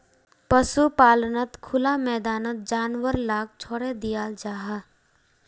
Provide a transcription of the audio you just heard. पशुपाल्नोत खुला मैदानोत जानवर लाक छोड़े दियाल जाहा